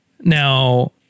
Now